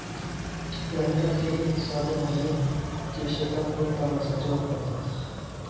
planter हे एक साधन आहे, जे शेतात रोपे लावण्यासाठी वापरतात